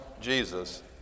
Jesus